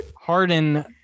Harden